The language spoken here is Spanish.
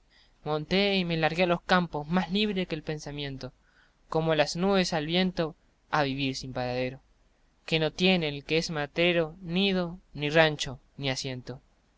monté y me largué a los campos más libre que el pensamiento como las nubes al viento a vivir sin paradero que no tiene el que es matrero nido ni rancho ni asiento